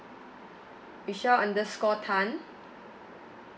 michelle underscore tan